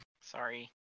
Sorry